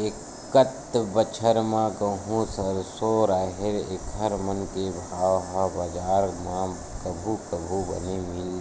एकत बछर म गहूँ, सरसो, राहेर एखर मन के भाव ह बजार म कभू कभू बने मिल